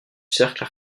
cercle